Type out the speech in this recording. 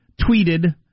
Tweeted